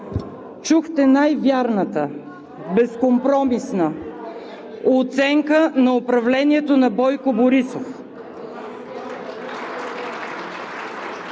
чухте най-вярната, безкомпромисна оценка на управлението на Бойко Борисов.